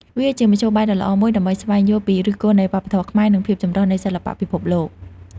វាជាមធ្យោបាយដ៏ល្អមួយដើម្បីស្វែងយល់ពីឫសគល់នៃវប្បធម៌ខ្មែរ និងភាពចម្រុះនៃសិល្បៈពិភពលោក។